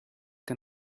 can